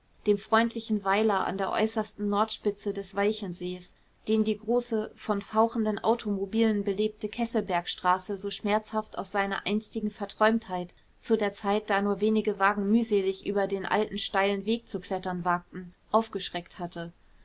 dem freundlichen weiler an der äußersten nordspitze des walchensees den die große von fauchenden automobilen belebte kesselbergstraße so schmerzhaft aus seiner einstigen verträumtheit zu der zeit da nur wenige wagen mühselig über den alten steilen weg zu klettern wagten aufgeschreckt hatte